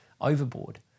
overboard